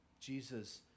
Jesus